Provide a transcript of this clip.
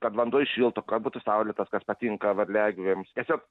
kad vanduo įšiltų kad būtų saulėta kas patinka varliagyviams tiesiog